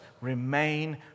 remain